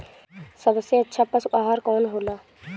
सबसे अच्छा पशु आहार कवन हो ला?